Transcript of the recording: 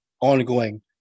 ongoing